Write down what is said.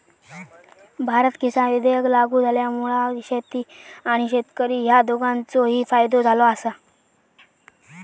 भारत किसान विधेयक लागू झाल्यामुळा शेती आणि शेतकरी ह्या दोघांचोही फायदो झालो आसा